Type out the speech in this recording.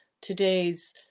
today's